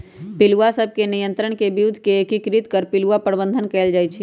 पिलुआ सभ के नियंत्रण के विद्ध के एकीकृत कर पिलुआ प्रबंधन कएल जाइ छइ